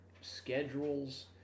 schedules